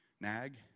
Nag